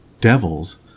devils